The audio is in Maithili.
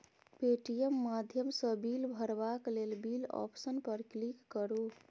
पे.टी.एम माध्यमसँ बिल भरबाक लेल बिल आप्शन पर क्लिक करु